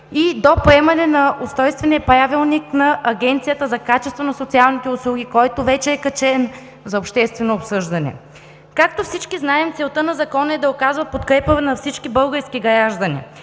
и до приемане на Устройствения правилник на Агенцията за качество на социалните услуги, който вече е качен за обществено обсъждане. Както всички знаем, целта на Закона е да оказва подкрепа на всички български граждани.